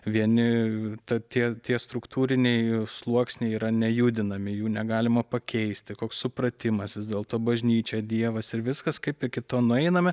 vieni ta tie struktūriniai sluoksniai yra nejudinami jų negalima pakeisti koks supratimas vis dėlto bažnyčia dievas ir viskas kaip iki to nueiname